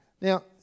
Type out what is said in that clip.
Now